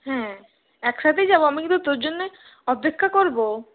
হ্যাঁ একসাথেই যাবো আমি কিন্তু তোর জন্যই অপেক্ষা করবো